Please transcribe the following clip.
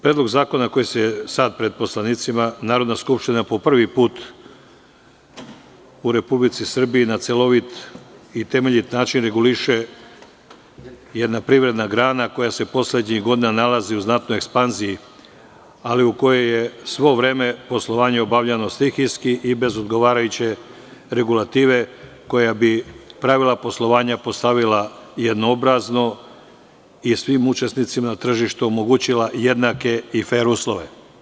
Predlog zakona koji je sada pred poslanicima Narodna skupština po prvi put u Republici Srbiji na celovit i temeljit način reguliše jedna privredna grana koja se poslednjih godina nalazi u znatnoj ekspanziji, ali u kojoj je svo vreme poslovanje obavljeno stihijski i bez odgovarajuće regulative koja bi pravila poslovanja postavila jednoobrazno i svim učesnicima na tržištu omogućila jednake i fer uslove.